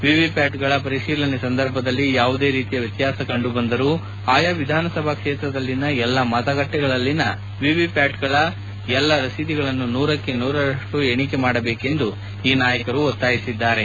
ವಿವಿಪ್ಯಾಟ್ಗಳ ಪರಿಶೀಲನೆ ಸಂದರ್ಭದಲ್ಲಿ ಯಾವುದೇ ರೀತಿಯ ವ್ಯತ್ಯಾಸ ಕಂಡು ಬಂದರೂ ಆಯಾ ವಿಧಾನಸಭಾ ಕ್ಷೇತ್ರದಲ್ಲಿನ ಎಲ್ಲಾ ಮತಗಟ್ಟೆಗಳಲ್ಲಿನ ವಿವಿಪ್ಚಾಟ್ಗಳ ಎಲ್ಲಾ ರಸೀದಿಗಳನ್ನು ನೂರಕ್ಕೆ ನೂರರಷ್ಟು ಎಣಿಕೆ ಮಾಡಬೇಕೆಂದು ಈ ನಾಯಕರು ಒತ್ತಾಯಿಸಿದ್ದಾರೆ